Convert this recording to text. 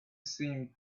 seemed